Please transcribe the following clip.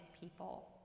people